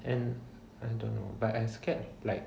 and I don't know but I scared like